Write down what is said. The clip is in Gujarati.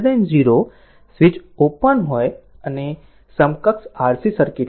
હવે જ્યારે t 0 સ્વિચ ઓપન હોય અને સમકક્ષ RC સર્કિટ